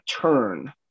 turn